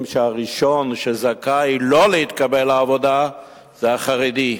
שהראשון שזכאי לא להתקבל לעבודה זה החרדי.